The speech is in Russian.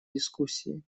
дискуссии